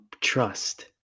trust